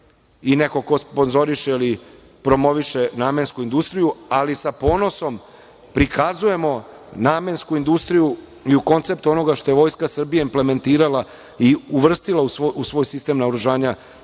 i neko ko sponzoriše ili promoviše namensku industriju, ali sa ponosom prikazujemo namensku industriju i u konceptu onoga što je Vojska Srbije implementirala i uvrstila u svoj sistem naoružanja,